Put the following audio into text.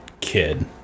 kid